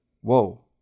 whoa